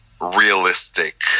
realistic